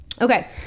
okay